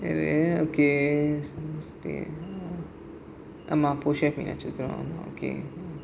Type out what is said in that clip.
okay பூச நட்சத்திரம்:poosa natchathiram okay okay